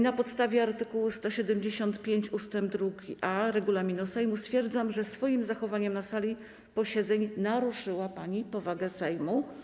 Na podstawie art. 175 ust. 2a regulaminu Sejmu stwierdzam, że swoim zachowaniem na sali posiedzeń naruszyła pani powagę Sejmu.